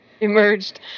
emerged